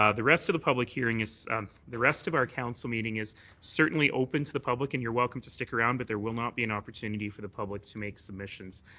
um the rest of the public hearing is the rest of our council meeting is certainly open to the public and you're welcome to stick around but there will not be an opportunity for the public to make submissions.